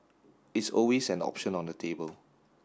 it's always an option on the table